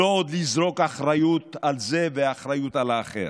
לא עוד לזרוק אחריות על זה ואחריות על האחר.